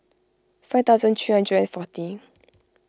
five thousand three hundred and forty